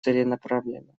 целенаправленно